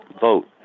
vote